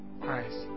Christ